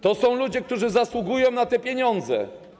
To są ludzie, którzy zasługują na te pieniądze.